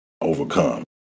overcome